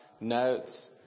notes